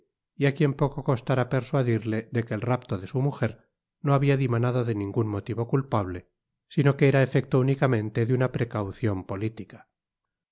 y á quien poco costara persuadirle de que el rapto de su mujer no babia dimanado de ningun motivo culpable sino que era efecto únicamente de una precaucion politica